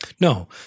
No